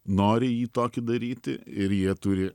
nori jį tokį daryti ir jie turi